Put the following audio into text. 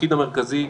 התפקיד המרכזי,